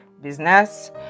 business